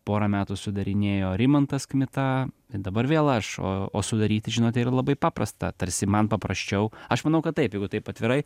porą metų sudarinėjo rimantas kmita dabar vėl aš o o sudaryti žinote yra labai paprasta tarsi man paprasčiau aš manau kad taip jeigu taip atvirai